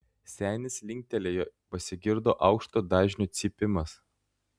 senis linktelėjo pasigirdo aukšto dažnio cypimas